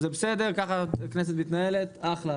זה בסדר, כך הכנסת מתנהלת, אחלה.